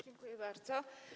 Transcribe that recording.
Dziękuję bardzo.